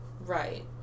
Right